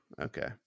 Okay